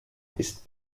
ist